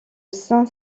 saint